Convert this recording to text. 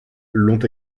l’ont